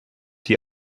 die